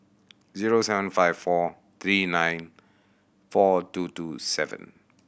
zero seven five four three nine four two two seven